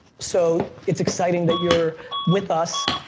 so it's exciting that you're with us,